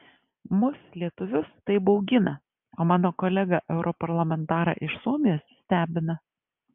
mus lietuvius tai baugina o mano kolegą europarlamentarą iš suomijos stebina